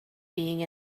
being